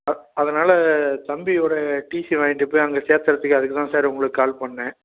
அ அதனால் தம்பியோடய டீசியை வாங்கிகிட்டு போய் அங்கே சேர்த்தறதுக்கு அதுக்கு தான் சார் உங்களுக்கு கால் பண்ணிணேன்